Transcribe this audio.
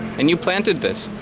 and you planted this,